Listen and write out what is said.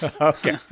Okay